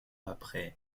après